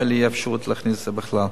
לא היתה לי אפשרות להכניס את זה בכלל.